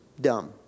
dumb